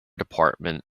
department